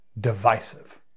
divisive